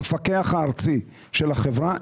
המפקח הארצי של החברה,